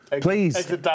Please